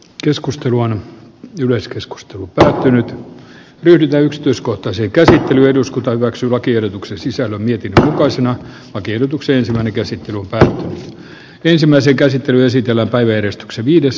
keskustelun yleiskeskustelu päätynyt ryhdytä yksityiskohtaisen käsittelyn eduskunta hyväksyi lakiehdotuksen sisällä mietitään toisena oikeutuksensa mikä sitten uhkaa ensimmäisen käsittelyn esitellä vitosen sisäpuoli